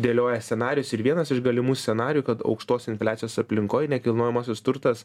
dėlioja scenarijus ir vienas iš galimų scenarijų kad aukštos infliacijos aplinkoj nekilnojamasis turtas